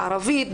בערבית,